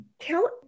tell